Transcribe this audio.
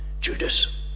Judas